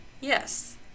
Yes